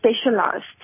specialized